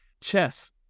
Chess